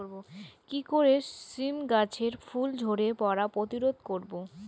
কি করে সীম গাছের ফুল ঝরে পড়া প্রতিরোধ করব?